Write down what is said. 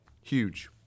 huge